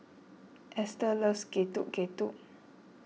ester loves Getuk Getuk